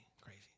crazy